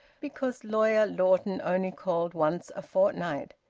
because lawyer lawton only called once a fortnight.